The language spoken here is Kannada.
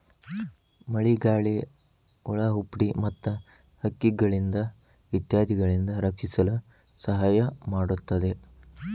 ಮಳಿಗಾಳಿ, ಹುಳಾಹುಪ್ಡಿ ಮತ್ತ ಹಕ್ಕಿಗಳಿಂದ ಇತ್ಯಾದಿಗಳಿಂದ ರಕ್ಷಿಸಲು ಸಹಾಯ ಮಾಡುತ್ತದೆ